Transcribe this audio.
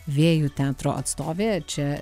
vėjų teatro atstovė čia